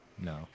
No